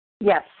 Yes